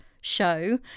show